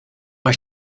euch